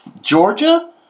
Georgia